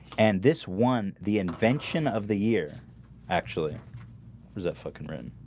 and this one the invention of the year actually was that fucking rim